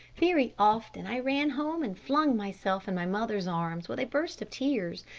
very often, i ran home and flung myself in my mother's arms with a burst of tears,